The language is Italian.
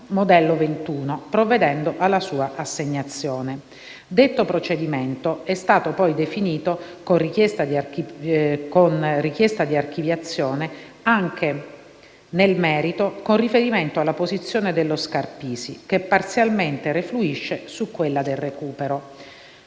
modello 21, provvedendo alla sua assegnazione. Detto procedimento è stato poi definito con richiesta di archiviazione anche nel merito con riferimento alla posizione dello Scarpisi che parzialmente refluisce su quella del Recupero,